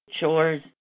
Chores